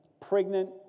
pregnant